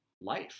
life